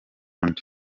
undi